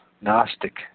Gnostic